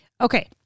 Okay